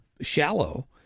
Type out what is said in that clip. shallow